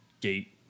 gate